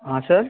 हाँ सर